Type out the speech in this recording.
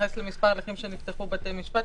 מתייחס למספר ההליכים שנפתחו בבתי משפט,